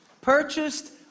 purchased